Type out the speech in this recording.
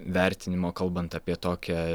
vertinimo kalbant apie tokią